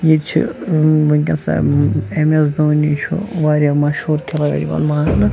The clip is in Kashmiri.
ییٚتہِ چھِ وٕنکیٚنَس ایم ایس دونی چھُ واریاہ پَشہوٗر کھِلٲڑۍ یِوان ماننہٕ